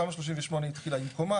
תמ"א 38 התחילה עם קומה,